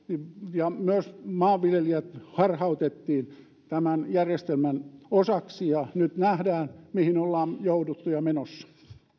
ja myös maanviljelijät harhautettiin tämän järjestelmän osaksi ja nyt nähdään mihin ollaan jouduttu ja ollaan menossa